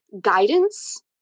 guidance